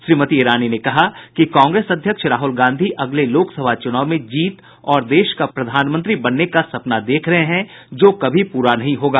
श्रीमती ईरानी ने कहा कि कांग्रेस अध्यक्ष राहल गांधी अगले लोकसभा चूनाव में जीत और देश का प्रधानमंत्री बनने का सपना देख रहे हैं जो कभी पूरा नहीं होगा